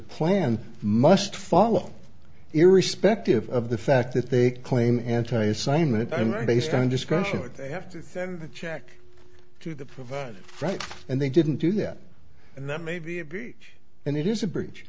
plan must follow irrespective of the fact that they claim anti assignment i mean based on discussions that they have to send the check to the provider right and they didn't do that and that may be a breach and it is a br